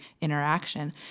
interaction